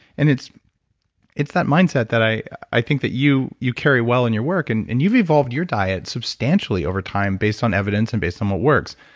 and it's it's that mindset that i i think that you you carry well in your work and and you've evolved your diet substantially over time based on evidence and based on what works.